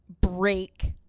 break